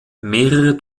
mehrere